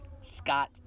scott